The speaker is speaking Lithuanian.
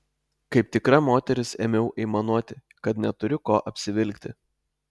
kaip tikra moteris ėmiau aimanuoti kad neturiu ko apsivilkti